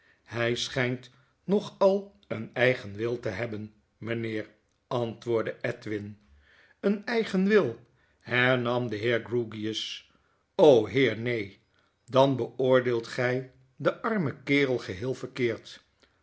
hij schijnt nogal een eigen wil te hebben mijnheer antwoordde edwin w een eigen wil hernam de heer grey heer neen dan beoordeelt gij denarmen kerel geheel verkeerd